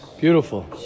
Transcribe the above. beautiful